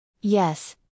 Yes